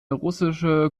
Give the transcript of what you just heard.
russische